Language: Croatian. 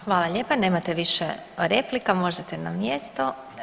Hvala lijepa, nemate više replika, možete na mjesto.